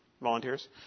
Volunteers